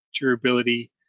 durability